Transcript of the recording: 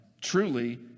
truly